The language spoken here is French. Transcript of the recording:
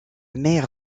mer